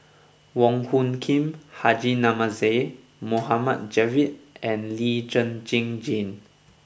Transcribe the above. Wong Hung Khim Haji Namazie Mohd Javad and Lee Zhen Zhen Jane